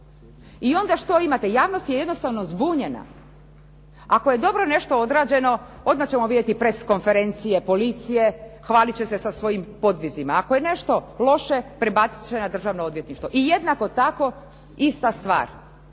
I onda što imate? Javnost je jednostavno zbunjena. Ako je dobro nešto odrađeno odmah ćemo vidjeti press konferencije policije, hvalit će se sa svojim podvizima. Ako je nešto loše prebacit će na državno odvjetništvo. I jednako tako ista stvar,